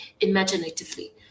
imaginatively